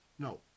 No